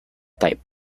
type